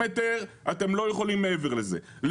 אתם לא יכולים מעבר ל-400 מטר,